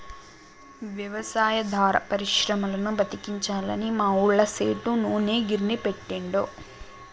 వ్యవసాయాధార పరిశ్రమలను బతికించాలని మా ఊళ్ళ సేటు నూనె గిర్నీ పెట్టిండు